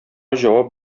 җавап